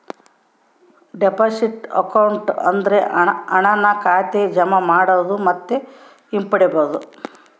deposit account ಅಂದ್ರೆ ಹಣನ ಖಾತೆಗೆ ಜಮಾ ಮಾಡೋದು ಮತ್ತು ಹಿಂಪಡಿಬೋದು